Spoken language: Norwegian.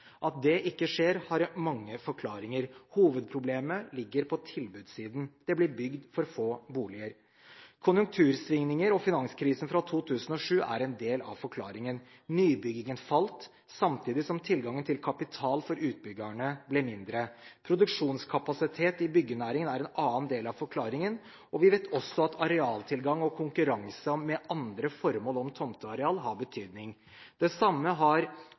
At det ikke skjer, har mange forklaringer. Hovedproblemet ligger på tilbudssiden. Det blir bygd for få boliger. Konjunktursvingninger og finanskrisen fra 2007 er en del av forklaringen. Nybyggingen falt samtidig som tilgangen til kapital for utbyggerne ble mindre. Produksjonskapasitet i byggenæringen er en annen del av forklaringen. Vi vet også at arealtilgang og konkurranse om tomteareal til andre formål har betydning. Det samme har